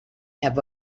have